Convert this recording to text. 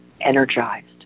energized